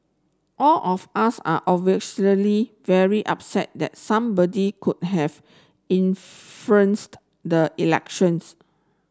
all of us are obviously very upset that somebody could have influenced the elections